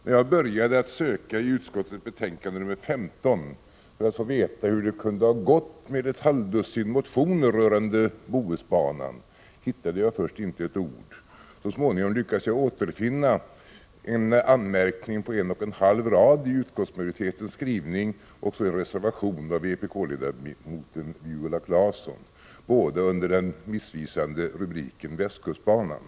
När jag började att söka i utskottets betänkande nr 15 för att få veta hur det kunde ha gått med ett halvdussin motioner om Bohusbanan hittade jag först inte ett ord om detta. Så småningom lyckades jag återfinna en anmärkning på en och en halv rad i utskottsmajoritetens skrivning och även en reservation av vpk-ledamoten Viola Claesson, båda under den missvisande rubriken Västkustbanan.